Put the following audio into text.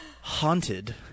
haunted